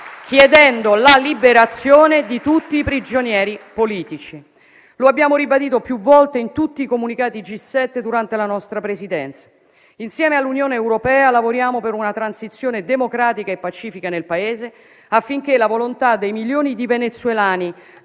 chiedendo la liberazione di tutti i prigionieri politici: lo abbiamo ribadito più volte in tutti i comunicati G7 durante la nostra Presidenza. Insieme all'Unione europea, lavoriamo per una transizione democratica e pacifica nel Paese, affinché la volontà dei milioni di venezuelani